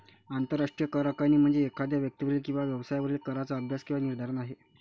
आंतरराष्ट्रीय करआकारणी म्हणजे एखाद्या व्यक्तीवरील किंवा व्यवसायावरील कराचा अभ्यास किंवा निर्धारण आहे